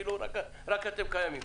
כאילו רק אתם קיימים.